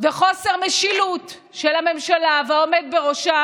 וחוסר המשילות של הממשלה והעומד בראשה